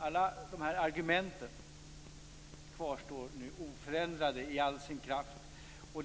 Alla de argumenten kvarstår oförändrade i all sin kraft.